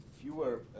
fewer